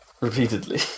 Repeatedly